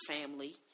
family